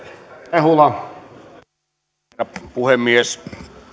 arvoisa herra puhemies